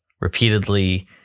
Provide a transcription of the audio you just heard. Repeatedly